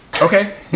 Okay